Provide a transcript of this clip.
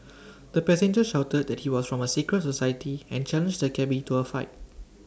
the passenger shouted that he was from A secret society and challenged the cabby to A fight